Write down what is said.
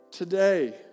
Today